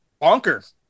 bonkers